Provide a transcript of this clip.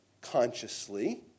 consciously